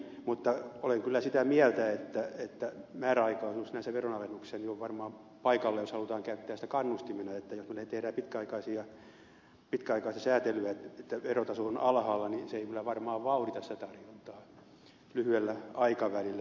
mutta olen kyllä sitä mieltä että määräaikaisuus näissä veronalennuksissa on varmaan paikallaan jos halutaan käyttää sitä kannustimena että meillä tehdään pitkäaikaista säätelyä siinä että verotaso on alhaalla ja se ei kyllä varmaan vauhdita sitä tarjontaa lyhyellä aikavälillä